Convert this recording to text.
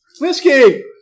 Whiskey